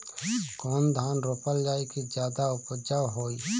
कौन धान रोपल जाई कि ज्यादा उपजाव होई?